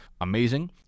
amazing